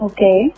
Okay